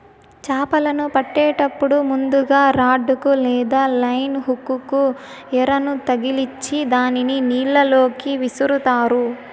చాపలను పట్టేటప్పుడు ముందుగ రాడ్ కు లేదా లైన్ హుక్ కు ఎరను తగిలిచ్చి దానిని నీళ్ళ లోకి విసురుతారు